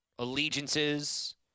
Allegiances